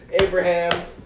Abraham